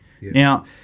Now